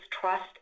trust